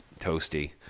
toasty